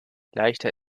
leichter